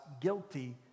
guilty